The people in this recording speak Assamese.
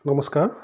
নমস্কাৰ